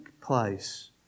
place